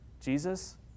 Jesus